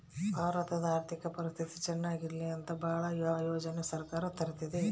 ಭಾರತದ ಆರ್ಥಿಕ ಪರಿಸ್ಥಿತಿ ಚನಾಗ ಇರ್ಲಿ ಅಂತ ಭಾಳ ಯೋಜನೆ ಸರ್ಕಾರ ತರ್ತಿದೆ